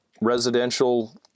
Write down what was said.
residential